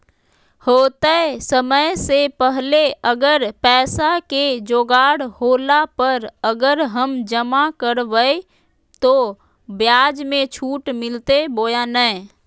होतय समय से पहले अगर पैसा के जोगाड़ होला पर, अगर हम जमा करबय तो, ब्याज मे छुट मिलते बोया नय?